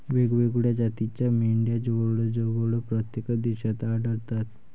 वेगवेगळ्या जातीच्या मेंढ्या जवळजवळ प्रत्येक देशात आढळतात